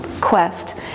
quest